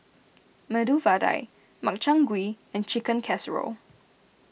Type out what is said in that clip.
Medu Vada Makchang Gui and Chicken Casserole